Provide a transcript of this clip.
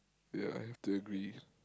ya I have to agree